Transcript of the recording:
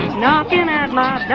knocking and at my